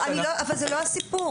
אבל זה לא הסיפור,